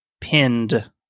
pinned